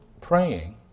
praying